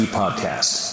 podcast